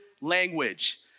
language